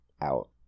out